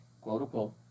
quote-unquote